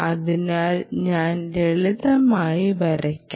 അതിനാൽ ഞാൻ ലളിതമായി വരയ്ക്കാം